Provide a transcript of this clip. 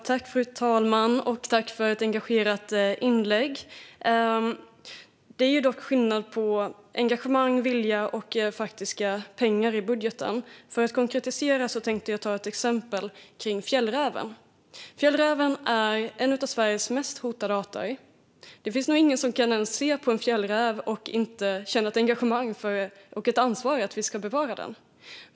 Fru talman! Tack, statsrådet, för ett engagerat inlägg! Det är dock skillnad på engagemang och vilja och faktiska pengar i budgeten. För att konkretisera tänkte jag ta fjällräven som exempel. Fjällräven är en av Sveriges mest hotade arter. Det finns nog ingen som kan titta på en fjällräv och inte känna ett engagemang och ett ansvar för att vi ska bevara den.